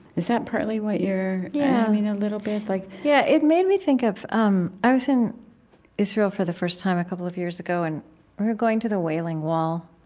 is that partly what you're, yeah a you know little bit? like yeah, it made me think of um i was in israel for the first time a couple of years ago, and we were going to the wailing wall,